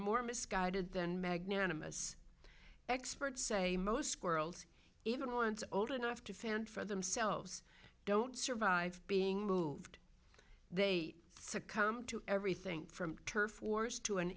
more misguided than magnanimous experts say most girls even once old enough to fend for themselves don't survive being moved they succumb to everything from turf wars to an